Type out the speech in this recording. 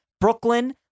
Brooklyn